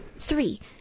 Three